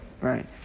right